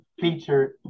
featured